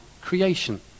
creation